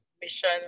mission